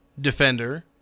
defender